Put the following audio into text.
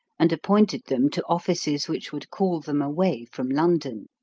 and appointed them to offices which would call them away from london